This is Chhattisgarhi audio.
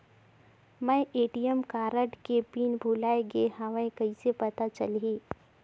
मैं ए.टी.एम कारड के पिन भुलाए गे हववं कइसे पता चलही?